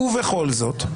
ובכל זאת,